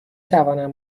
توانم